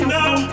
now